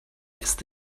ist